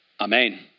Amen